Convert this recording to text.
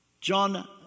John